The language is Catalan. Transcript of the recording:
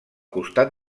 costat